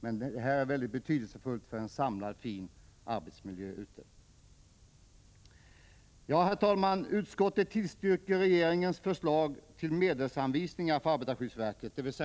Företagshälsovården är väldigt betydelsefull för att få till stånd en genomgående fin arbetsmiljö. Herr talman! Utskottet tillstyrker regeringens förslag till medelsanvisning för arbetarskyddsverket, dvs.